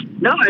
No